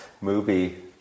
movie